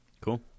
Cool